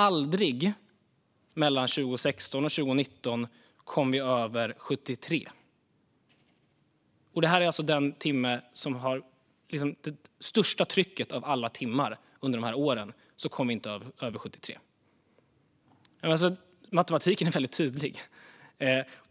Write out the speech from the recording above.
Aldrig mellan 2016 och 2019 kom vi över 73. Den timme då vi hade det största trycket av alla timmar under de här åren kom vi inte över 73. Matematiken är väldigt tydlig.